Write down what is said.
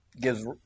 gives